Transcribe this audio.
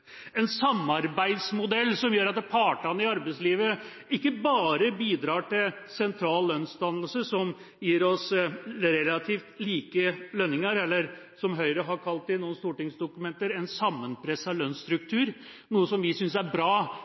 en samarbeidsmodell som gjør at partene i arbeidslivet ikke bare bidrar til sentral lønnsdannelse som gir oss relativt like lønninger eller som Høyre har kalt det i noen stortingsdokumenter: en sammenpresset lønnsstruktur, noe som vi synes er bra,